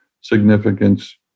significance